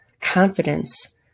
confidence